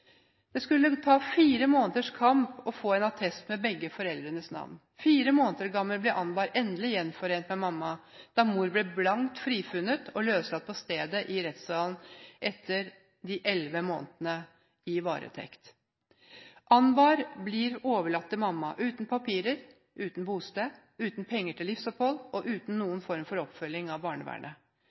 Det skulle ta fire måneders kamp å få en attest med begge foreldrenes navn. Fire måneder gammel ble Anbar endelig gjenforent med mamma, da mor ble blankt frifunnet og løslatt på stedet i rettssalen etter de elleve månedene i varetekt. Anbar ble overlatt til mamma, uten papirer, uten bosted, uten penger til livsopphold og uten noen form for oppfølging fra barnevernet.